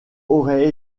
aurait